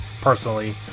personally